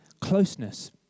closeness